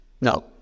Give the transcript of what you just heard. No